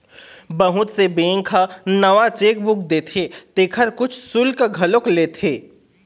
बहुत से बेंक ह नवा चेकबूक देथे तेखर कुछ सुल्क घलोक लेथे